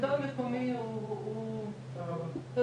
אנחנו